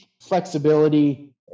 flexibility